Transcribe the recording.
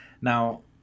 Now